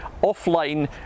offline